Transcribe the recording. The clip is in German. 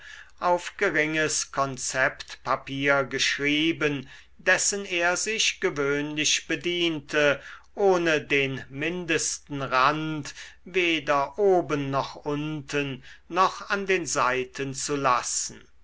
auf geringes konzeptpapier geschrieben dessen er sich gewöhnlich bediente ohne den mindesten rand weder oben noch unten noch an den seiten zu lassen